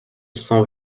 cent